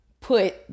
put